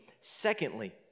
Secondly